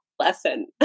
lesson